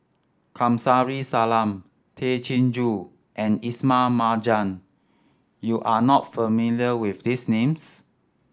Kamsari Salam Tay Chin Joo and Ismail Marjan you are not familiar with these names